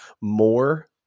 more